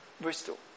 Bristol